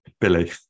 Billy